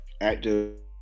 active